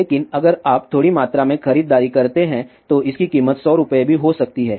लेकिन अगर आप थोड़ी मात्रा में खरीदारी करते हैं तो इसकी कीमत 100 रुपये भी हो सकती है